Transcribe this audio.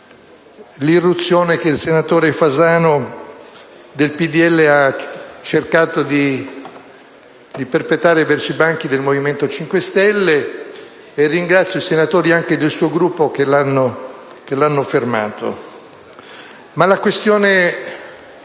l'irruzione del senatore Fasano del Gruppo PdL verso i banchi del Movimento 5 Stelle e ringrazio i senatori, anche del suo Gruppo, che l'hanno fermato. Ma la questione